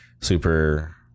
super